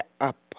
up